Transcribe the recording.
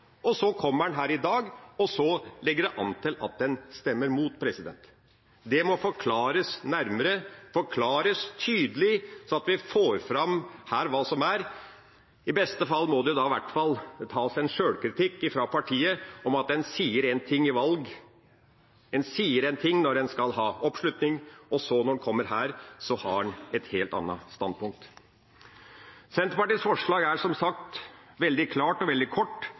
og så kommer en her i dag, og så ligger det an til at en stemmer imot. Det må forklares nærmere, forklares tydelig. I beste fall må det tas sjølkritikk fra partiet på at en sier én ting i valg, en sier én ting når en skal ha oppslutning, og så, når en kommer her, så har en et helt annet standpunkt. Senterpartiets forslag er som sagt veldig klart og veldig kort: